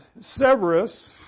Severus